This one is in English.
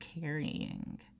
carrying